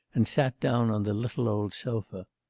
and sat down on the little old sofa.